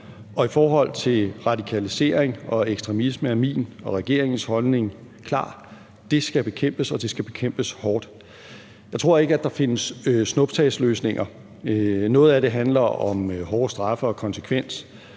om. I forhold til radikalisering og ekstremisme er min og regeringens holdning klar: Det skal bekæmpes, og det skal bekæmpes hårdt. Jeg tror ikke, at der findes snuptagsløsninger. Noget af det handler om hårde straffe og konsekvens,